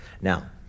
Now